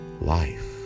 life